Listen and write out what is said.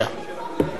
בבקשה.